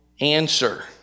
answer